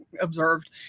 observed